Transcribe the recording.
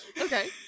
Okay